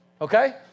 Okay